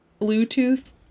bluetooth